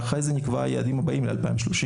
ואחרי זה נקבע את היעדים הבאים ל-2030.